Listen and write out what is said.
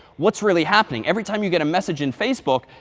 what's really happening? every time you get a message in facebook,